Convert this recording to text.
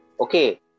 Okay